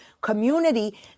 community